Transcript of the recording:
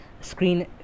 Screen